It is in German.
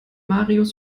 marius